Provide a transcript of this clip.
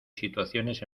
situaciones